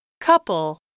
Couple